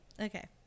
okay